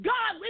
God